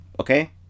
Okay